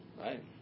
Right